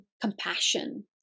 compassion